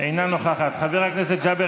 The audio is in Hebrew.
אינה נוכחת, חבר הכנסת ג'אבר